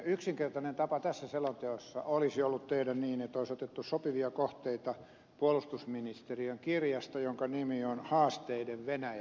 yksinkertainen tapa tässä selonteossa olisi ollut tehdä niin että olisi otettu sopivia kohteita puolustusministeriön kirjasta jonka nimi on haasteiden venäjä